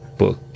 book